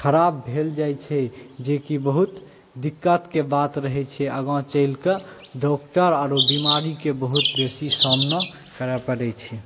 खराब भेल जाइ छै जेकि बहुत दिक्कतकेँ बात रहैछै आगाँ चलिकऽडॉक्टर आरो बीमारीकेँ बहुत बेसी सामना करै पड़ैछै